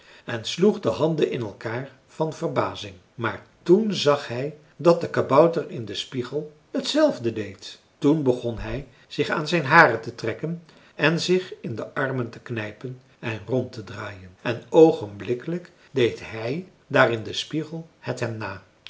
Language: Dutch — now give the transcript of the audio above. en sloeg de handen in elkaar van verbazing maar toen zag hij dat de kabouter in den spiegel hetzelfde deed toen begon hij zich aan zijn haren te trekken en zich in de armen te knijpen en rond te draaien en oogenblikkelijk deed hij daar in den spiegel het hem na